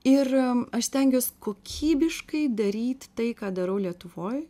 ir aš stengiuos kokybiškai daryt tai ką darau lietuvoj